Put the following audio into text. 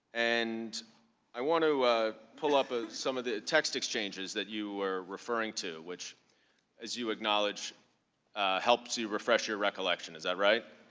and i want to pull up ah some of the text exchanges you are referring to which as you acknowledge helps you refresh your recollection. is that right?